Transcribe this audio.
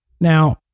Now